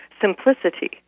simplicity